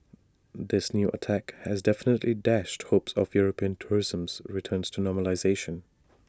this new attack has definitely dashed hopes of european tourism's returns to normalisation